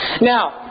Now